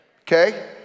Okay